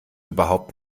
überhaupt